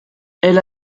elle